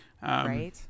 Right